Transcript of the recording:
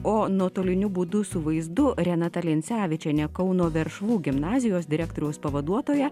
o nuotoliniu būdu su vaizdu renata lincevičienė kauno veršvų gimnazijos direktoriaus pavaduotoja